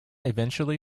eventually